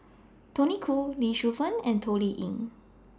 Tony Khoo Lee Shu Fen and Toh Liying